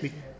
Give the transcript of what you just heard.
bec~